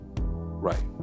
Right